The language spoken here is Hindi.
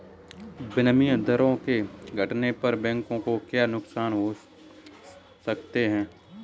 विनिमय दरों के घटने पर बैंकों को क्या नुकसान हो सकते हैं?